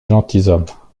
gentilshommes